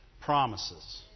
promises